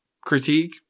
critique